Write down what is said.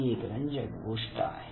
ही एक रंजक गोष्ट आहे